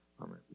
Amen